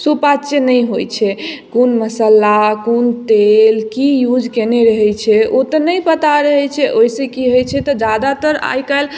सुपच नहि होइ छै कोन मसल्ला कोन तेल की यूज कयने रहय छै ओ तऽ नहि पता रहय छै ओइसँ की होइ छै तऽ जादातर आइ काल्हि